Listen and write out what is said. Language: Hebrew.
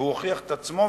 והוא הוכיח את עצמו.